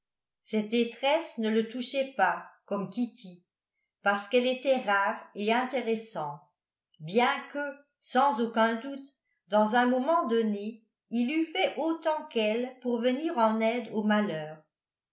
cette détresse ne le touchait pas comme kitty parce qu'elle était rare et intéressante bien que sans aucun doute dans un moment donné il eût fait autant qu'elle pour venir en aide au malheur